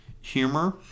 humor